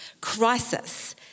Crisis